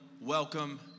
welcome